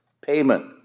payment